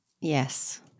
Yes